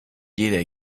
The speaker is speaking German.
jeder